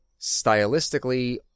stylistically